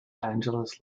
angeles